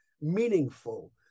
meaningful